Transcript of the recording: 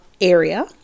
area